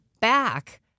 back